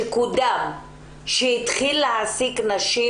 שקודם, שהתחיל להעסיק נשים?